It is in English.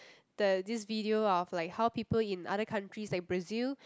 the this video of like how people in other countries like Brazil